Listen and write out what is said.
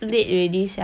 you